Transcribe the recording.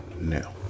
no